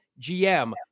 GM